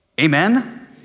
Amen